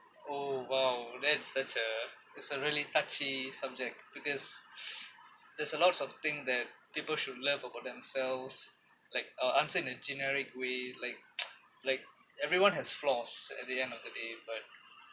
oh !wow! that's that's a it's a really touchy subject because there's a lot of thing that people should love about themselves like uh answer in a generic way like like everyone has flaws at the end of the day but